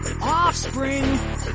offspring